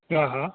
હં હં